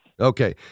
Okay